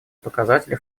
показатели